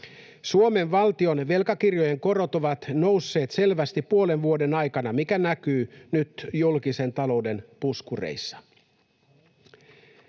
Suomen valtion velkakirjojen korot ovat nousseet selvästi puolen vuoden aikana, mikä näkyy nyt julkisen talouden puskureissa.